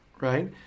right